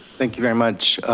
thank you very much.